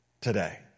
today